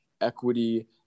equity